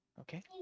Okay